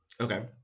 okay